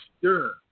sure